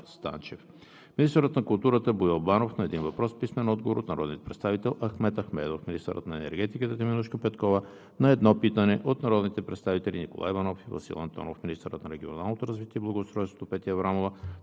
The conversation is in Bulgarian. Станчев; - министърът на културата Боил Банов – на един въпрос с писмен отговор от народния представител Ахмед Ахмедов; - министърът на енергетиката Теменужка Петкова – на едно питане от народните представители Николай Иванов и Васил Антонов; - министърът на регионалното развитие и благоустройството Петя Аврамова